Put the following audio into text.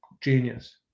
genius